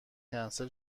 کنسل